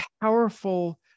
powerful